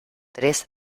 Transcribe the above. tres